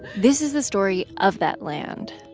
this is the story of that land,